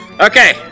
Okay